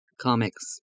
comics